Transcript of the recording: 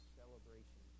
celebration